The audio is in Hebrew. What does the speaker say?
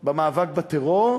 במאבק בטרור.